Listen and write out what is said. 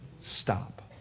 Stop